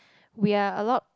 we're a lot